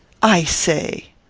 i say.